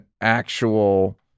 actual